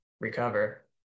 recover